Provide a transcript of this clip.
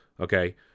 Okay